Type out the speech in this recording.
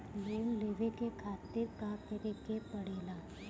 Loan लेवे के खातिर का करे के पड़ेला?